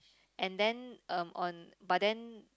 and then uh on but then